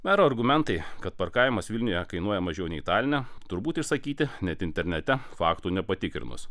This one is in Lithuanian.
mero argumentai kad parkavimas vilniuje kainuoja mažiau nei taline turbūt išsakyti net internete faktų nepatikrinus